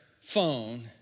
phone